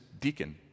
deacon